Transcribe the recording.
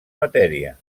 matèria